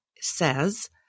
says